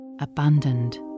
Abandoned